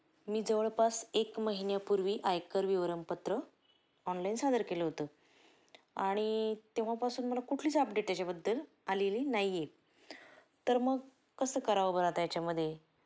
मी जवळपास एक महिन्यापूर्वी आयकर विवरणपत्र ऑनलाईन सादर केलं होतं आणि तेव्हापासून मला कुठलीच अपडेट त्याच्याबद्दल आलेली नाही आहे तर मग कसं करावं बरं आता याच्यामध्ये